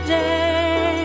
day